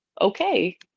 Okay